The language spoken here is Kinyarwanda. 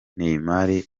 neymar